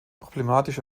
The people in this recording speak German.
problematisch